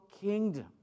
kingdom